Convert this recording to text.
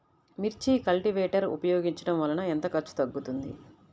మిర్చి కల్టీవేటర్ ఉపయోగించటం వలన ఎంత ఖర్చు తగ్గుతుంది?